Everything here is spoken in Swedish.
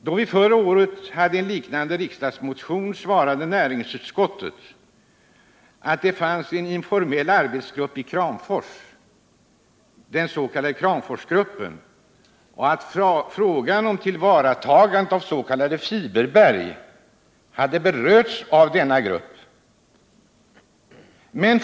Då vi förra året hade en liknande riksdagsmotion, svarade näringsutskottet att det fanns en informell arbetsgrupp i Kramfors, den s.k. Kramforsgruppen, och att frågan om tillvaratagandet av s.k. fiberberg hade behandlats av denna grupp.